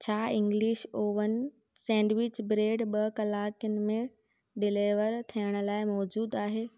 छा English oven sandwich bread ॿ कलाकनि में डिलीवर थियण लाइ मौज़ूदु आहे